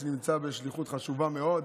שנמצא בשליחות חשובה מאוד,